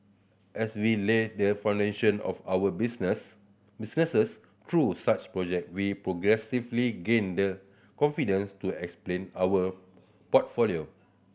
as we laid the foundation of our business businesses through such project we progressively gained the confidence to explain our portfolio